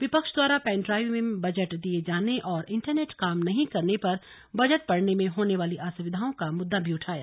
विपक्ष द्वारा pen drive में बजट दिए जाने और इंटरनेट काम नहीं करने पर बजट पढ़ने में होने वाली असुविधा का मुद्दा भी उठाया